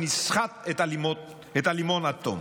נסחט את הלימון עד תום.